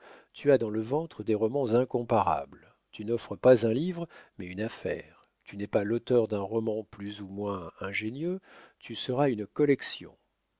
tu as dans le ventre des romans incomparables tu n'offres pas un livre mais une affaire tu n'es pas l'auteur d'un roman plus ou moins ingénieux tu seras une collection